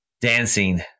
dancing